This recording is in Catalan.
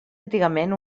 antigament